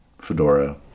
fedora